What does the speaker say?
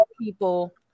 people